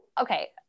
okay